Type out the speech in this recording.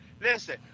Listen